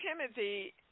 Timothy